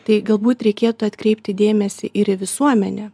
tai galbūt reikėtų atkreipti dėmesį ir į visuomenę